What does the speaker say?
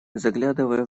заглядывая